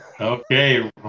Okay